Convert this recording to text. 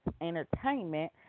Entertainment